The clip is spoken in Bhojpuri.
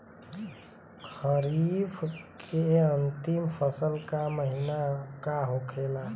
खरीफ के अंतिम फसल का महीना का होखेला?